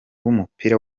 w’umupira